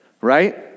Right